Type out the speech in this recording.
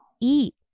Eat